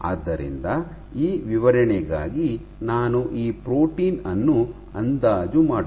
ಆದ್ದರಿಂದ ಈ ವಿವರಣೆಗಾಗಿ ನಾನು ಈ ಪ್ರೋಟೀನ್ ಅನ್ನು ಅಂದಾಜು ಮಾಡೋಣ